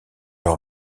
leur